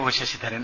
O Sasidharan